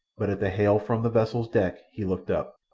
but at the hail from the vessel's deck he looked up.